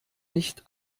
nicht